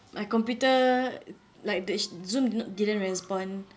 my computer like the sh~ zoom didn't respond